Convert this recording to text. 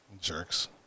jerks